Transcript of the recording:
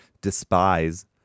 despise